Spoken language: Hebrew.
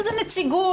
איזו נציגות,